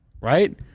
right